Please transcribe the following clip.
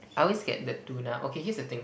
I always get the tuna okay here's the thing